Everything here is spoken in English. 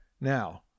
Now